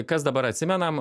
kas dabar atsimenam